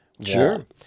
Sure